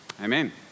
Amen